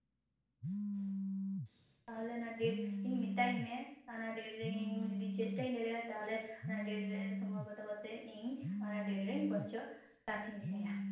ᱛᱟᱦᱞᱮ ᱚᱱᱟ ᱰᱮᱹᱴ ᱤᱧ ᱢᱮᱛᱟᱧ ᱢᱮ ᱚᱱᱟ ᱰᱮᱹᱴ ᱨᱮ ᱤᱧ ᱪᱮᱥᱴᱟᱭᱟᱹᱧ ᱡᱩᱫᱤᱧ ᱫᱟᱲᱮᱭᱟᱜᱼᱟ ᱛᱟᱦᱞᱮ ᱚᱱᱟ ᱰᱮᱹᱴ ᱨᱮ ᱤᱧ ᱥᱚᱢᱵᱷᱚᱵᱽ ᱠᱟᱛᱮ ᱤᱧ ᱚᱱᱟ ᱰᱮᱹᱴ ᱨᱤᱧ ᱯᱳᱶᱪᱷᱟᱜ ᱪᱟᱞᱟᱜ ᱤᱧ ᱨᱤᱠᱟᱹᱭᱟ